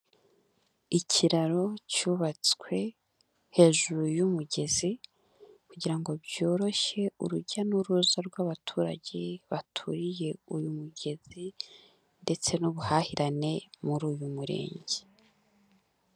Ikiraro cyubatswe hejuru y'umugezi kugira ngo byoroshye urujya n'uruza rw'abaturage baturiye uyu mugezi ndetse n'ubuhahirane muri uyu murenge.